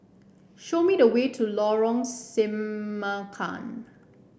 show me the way to Lorong Semangka